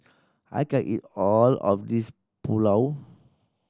I can't eat all of this Pulao